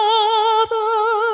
Father